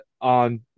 on